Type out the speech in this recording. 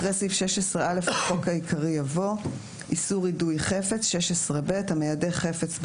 אחרי סעיף 16א לחוק העיקרי יבוא: "איסור יידוי חפץ16ב.(א) המיידה חפץ,